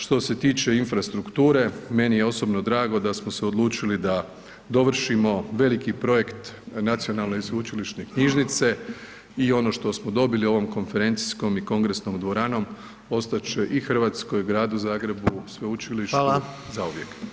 Što se tiče infrastrukture, meni je osobno drago da smo se odlučili da dovršimo veliki projekt Nacionalne i sveučilišne knjižnice i ono što smo dobili ovom konferencijskom i kongresnom dvoranom ostat će i Hrvatskoj, gradu Zagrebu, sveučilištu zauvijek.